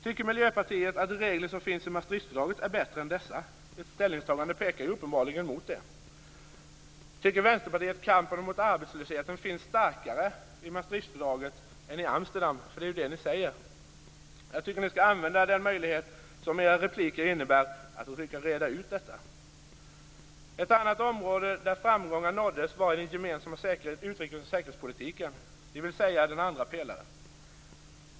Tycker Miljöpartiet att de regler som finns i Maastrichtfördraget är bättre än dessa? Ert ställningstagande pekar uppenbarligen mot det. Tycker Vänsterpartiet att kampen mot arbetslösheten finns starkare i Maastrichtfördraget än i Amsterdamfördraget? Det är ju det ni säger. Jag tycker att ni skall använda den möjlighet som era repliker innebär till att försöka reda ut detta. Ett annat område där framgångar nåddes var den gemensamma utrikes och säkerhetspolitiken, dvs. den andra pelaren.